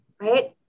right